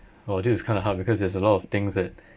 !wow! this is kind of hard because there's a lot of things that